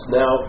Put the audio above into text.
now